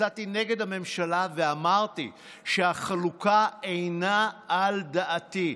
יצאתי נגד הממשלה ואמרתי שהחלוקה אינה על דעתי.